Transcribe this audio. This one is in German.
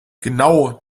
genau